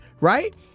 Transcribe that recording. Right